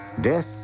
Death